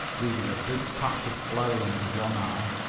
leaving a big patch of flour under one eye.